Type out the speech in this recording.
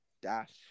Dash